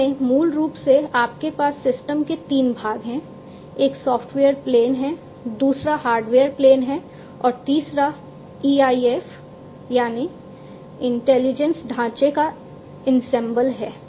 इसमें मूल रूप से आपके पास सिस्टम के 3 भाग हैं एक सॉफ्टवेयर प्लेन है दूसरा हार्डवेयर प्लेन है और तीसरा EIF में इंटेलिजेंस ढांचे का इनसैंबल है